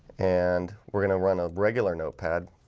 and we're gonna run a regular notepad.